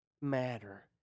matter